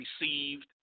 received